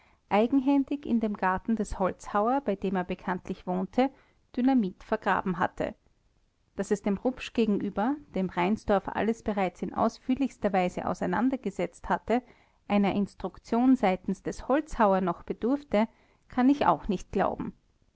eigenhändig in dem garten des holzhauer bei dem er bekanntlich wohnte dynamit vergraben hatte daß es dem rupsch gegenüber dem reinsdorf alles bereits in ausführlichster weise auseinandergesetzt hatte einer instruktion seitens des holzhauer noch bedurfte kann ich auch nicht glauben